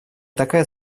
такая